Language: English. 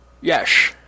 Yes